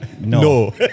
no